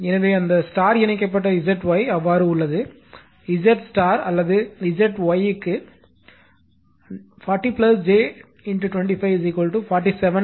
எனவே அந்த ஸ்டார் இணைக்கப்பட்ட Zy அவ்வாறு உள்ளது Z ஸ்டார் அல்லது Zy க்கு 40 j 25 47